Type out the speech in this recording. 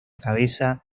cabeza